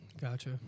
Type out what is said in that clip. Gotcha